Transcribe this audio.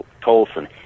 Tolson